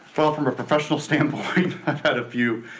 well from a professional standpoint, i've had a few.